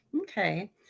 Okay